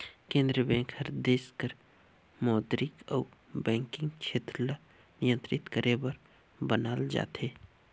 केंद्रीय बेंक हर देस कर मौद्रिक अउ बैंकिंग छेत्र ल नियंत्रित करे बर बनाल जाथे